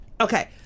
okay